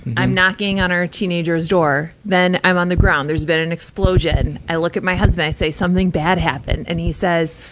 i'm knocking on our teenager's floor. then, i'm on the ground. there's been an explosion. i look at my husband. i say, something bad happened. and he says,